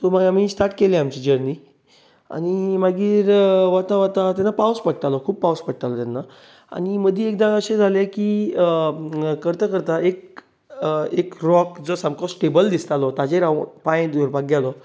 so मागीर आमी start केली आमची जर्नी आनी मागीर वता वता थंय पावस पडटालो खूब पावस पडटालो तेन्ना आनी मदीं एकदां अशें जालें की करतां करतां एक एक राॅक जो सामको स्टेबल दिसतालो ताचेर हांव पांय दवरपाक गेलो